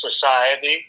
society